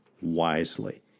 Wisely